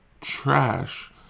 trash